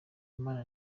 imana